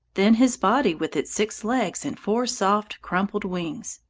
then his body with its six legs and four soft, crumpled wings,